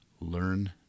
learn